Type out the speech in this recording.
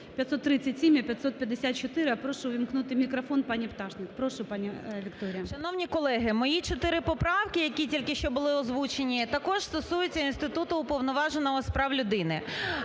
Шановні колеги, мої чотири поправки, які тільки що були озвучені, також стосуються інституту Уповноваженого з прав людини.